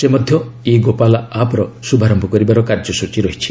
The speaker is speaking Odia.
ସେ ମଧ୍ୟ 'ଇ ଗୋପାଲା' ଆପ୍ ର ଶୁଭାରମ୍ଭ କରିବାର କାର୍ଯ୍ୟସ୍ତଚୀ ରହିଛି